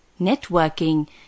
networking